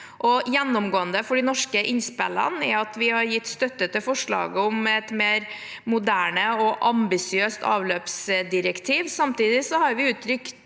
Gjennomgående for de norske innspillene er at vi har gitt støtte til forslaget om et mer moderne og ambisiøst avløpsdirektiv.